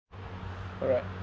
alright